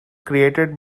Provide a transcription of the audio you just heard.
created